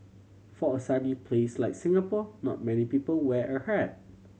for a sunny place like Singapore not many people wear a hat